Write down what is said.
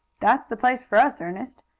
that's the place for us, ernest,